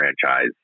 franchise